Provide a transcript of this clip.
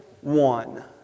One